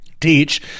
teach